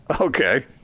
okay